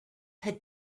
had